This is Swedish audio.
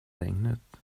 regnet